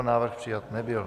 Návrh přijat nebyl.